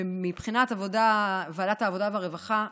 ומבחינת ועדת העבודה והרווחה,